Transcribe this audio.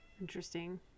Interesting